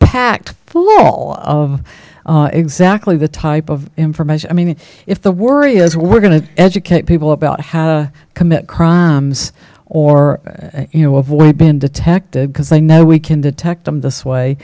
packed full of exactly the type of information i mean if the worry is we're going to educate people about how to commit crime or you know avoid been detected because they know we can detect them this way